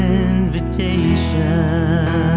invitation